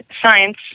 science